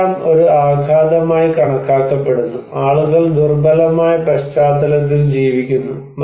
ഇതെല്ലാം ഒരു ആഘാതമായി കണക്കാക്കപ്പെടുന്നു ആളുകൾ ദുർബലമായ പശ്ചാത്തലത്തിൽ ജീവിക്കുന്നു